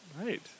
Right